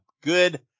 good